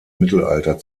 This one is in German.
mittelalter